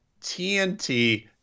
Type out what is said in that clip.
TNT